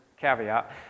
caveat